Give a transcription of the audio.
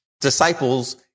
Disciples